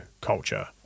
culture